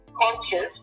conscious